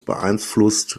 beeinflusst